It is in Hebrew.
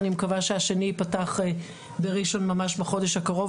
אני מקווה שהשני ייפתח בראשון ממש בחודש הקרוב.